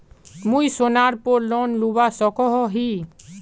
मुई सोनार पोर लोन लुबा सकोहो ही?